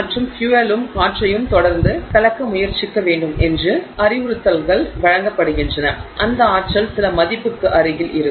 மற்றும் ஃபியூலயும் காற்றையும் தொடர்ந்து கலக்க முயற்சிக்க வேண்டும் என்று அறிவுறுத்தல்கள் வழங்கப்படுகின்றன அந்த ஆற்றல் சில மதிப்புக்கு அருகில் இருக்கும்